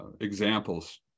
examples